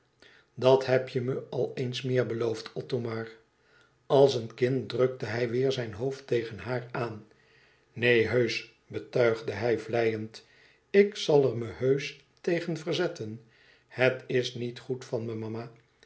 dat heb je me al eens meer beloofd othomar als een kind drukte hij weêr zijn hoofd tegen haar aan neen heusch betuigde hij vleiend ik zal er me heusch tegen verzetten het is niet goed van me mama